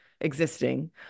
existing